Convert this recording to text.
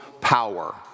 power